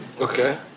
Okay